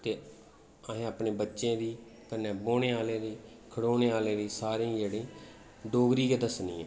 ते असें अपने बच्चें गी कन्नै बौह्ने आह्लें गी खड़ोने आह्लें गी सारे ईं जेह्ड़ी डोगरी गै दस्सनी ऐ